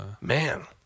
man